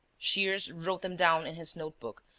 shears wrote them down in his note-book,